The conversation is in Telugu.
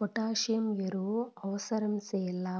పొటాసియం ఎరువు అవసరం సెల్లే